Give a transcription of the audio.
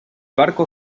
barco